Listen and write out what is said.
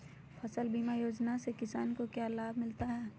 फसल बीमा योजना से किसान को क्या लाभ मिलता है?